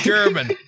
German